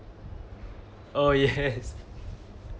oh yes